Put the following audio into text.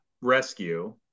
rescue